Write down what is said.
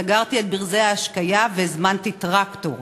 שטיפחתי ואהבתי במשך 30 שנה,